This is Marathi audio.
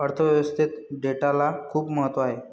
अर्थ व्यवस्थेत डेटाला खूप महत्त्व आहे